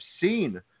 seen